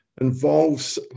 involves